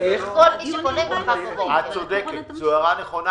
או עד אוגוסט 2020. הנחת העבודה היא